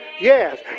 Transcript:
yes